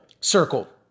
circle